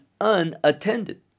unattended